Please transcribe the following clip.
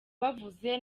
bavuze